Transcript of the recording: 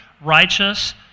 righteous